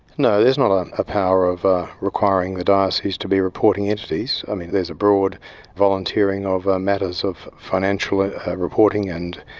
no, there's not um a power of requiring the dioceses to be reporting entities. i mean, there's a broad volunteering of ah matters of financial reporting and